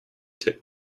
took